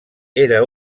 era